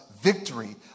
victory